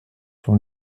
son